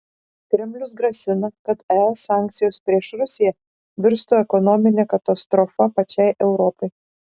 kremlius grasina kad es sankcijos prieš rusiją virstų ekonomine katastrofa pačiai europai